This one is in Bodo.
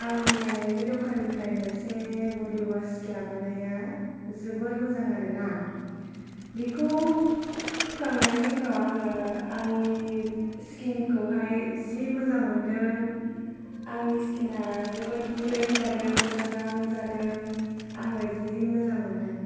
आं मैया नोंनि दखाननिफ्राय मोनसे बडि अवाश लाबोनाया जोबोर मोजां आरो ना बेखौ फुखांनायनि उनाव आङो आंनि स्किनखौहाय जि मोजां मोन्दों आंनि स्किना जोबोद गुरै जादों मोजां जादों आङो जि मोजां मोन्दों